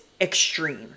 extreme